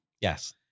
Yes